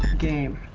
game